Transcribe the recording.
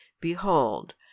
Behold